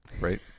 right